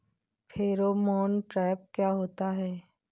Pheromone trap क्या होता है?